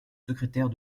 secrétaire